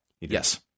Yes